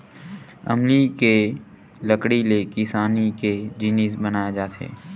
अमली के लकड़ी ले किसानी के जिनिस बनाए जाथे